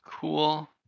cool